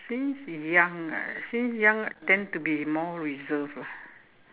since young ah since young I tend to be more reserved lah